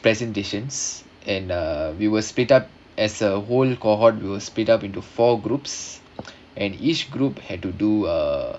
presentations and uh we will split up as a whole cohort we'll split up into four groups and each group had to do a